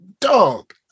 dog